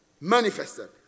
manifested